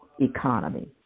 economy